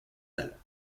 salle